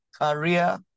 career